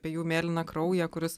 apie jų mėlyną kraują kuris